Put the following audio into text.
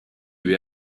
lui